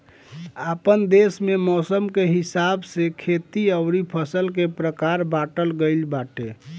आपन देस में मौसम के हिसाब से खेती अउरी फसल के प्रकार बाँटल गइल बाटे